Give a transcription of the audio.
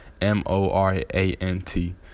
M-O-R-A-N-T